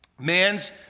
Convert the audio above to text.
Man's